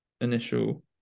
initial